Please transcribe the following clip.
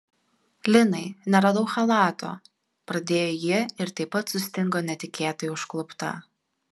linai neradau chalato pradėjo ji ir taip pat sustingo netikėtai užklupta